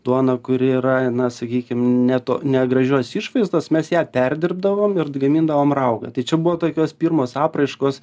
duona kuri yra na sakykim ne to negražios išvaizdos mes ją perdirbdavom ir gamindavom raugą tai čia buvo tokios pirmos apraiškos